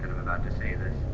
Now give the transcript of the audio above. about to say this.